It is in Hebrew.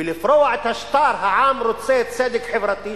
ולפרוע את השטר "העם רוצה צדק חברתי",